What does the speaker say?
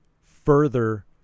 further